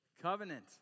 Covenant